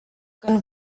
când